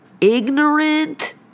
ignorant